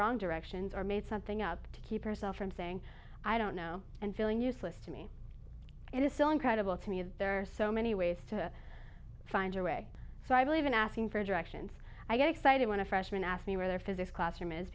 wrong directions or made something up to keep herself from saying i don't know and feeling useless to me it is so incredible to me is there are so many ways to find your way so i believe in asking for directions i got excited when a freshman asked me where physics classroom is